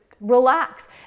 relax